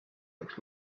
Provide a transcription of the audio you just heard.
jaoks